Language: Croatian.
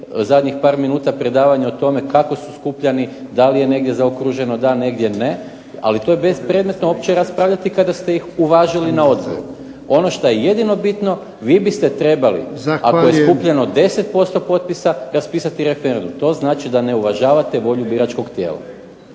zadnjih par minuta predavanje o tome kako su skupljani, da li je negdje zaokruženo, da li negdje ne. Ali to je bespredmetno uopće raspravljati kada ste ih uvažili na odboru. Ono što je jedino bitno vi biste trebali ako je skupljeno 10% potpisa raspisati referendum. To znači da ne uvažavate volju biračkog tijela.